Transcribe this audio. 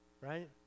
right